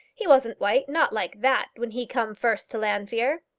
he wasn't white, not like that when he come first to llanfeare.